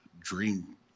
dream